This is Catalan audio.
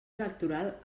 electoral